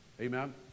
Amen